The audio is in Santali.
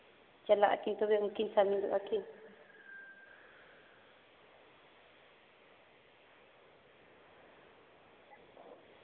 ᱪᱟᱞᱟᱜᱼᱟᱹᱠᱤᱱ ᱛᱚᱵᱮ ᱩᱱᱠᱤᱱ ᱥᱟᱢᱤᱞᱚᱜᱼᱟ ᱠᱤᱱ